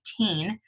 2018